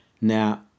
Now